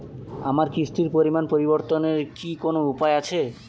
আমার কিস্তির পরিমাণ পরিবর্তনের কি কোনো উপায় আছে?